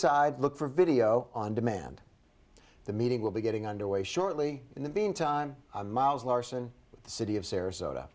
side look for video on demand the meeting will be getting underway shortly in the meantime miles larson the city of sarasota